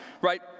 right